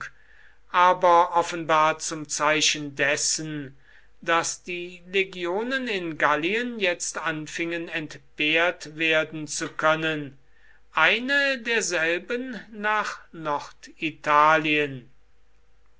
aber offenbar zum zeichen dessen daß die legionen in gallien jetzt anfingen entbehrt werden zu können eine derselben nach